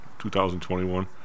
2021